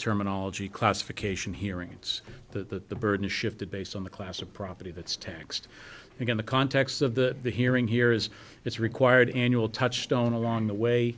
terminology classification hearing it's that the burden is shifted based on the class of property that's taxed and in the context of that the hearing here is its required annual touchstone along the way